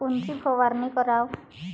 कोनची फवारणी कराव?